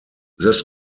this